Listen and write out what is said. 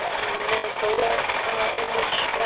minnesota in which